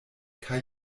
kaj